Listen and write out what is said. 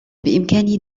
بإمكاني